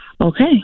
Okay